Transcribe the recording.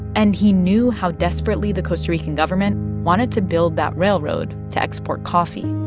and he knew how desperately the costa rican government wanted to build that railroad to export coffee